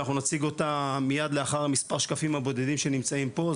שאנחנו נציג אותה מיד לאחר מספר שקפים הבודדים שנמצאים פה.